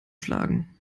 schlagen